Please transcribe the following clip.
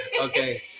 Okay